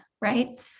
right